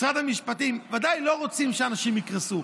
משרד המשפטים, ודאי לא רוצים שאנשים יקרסו.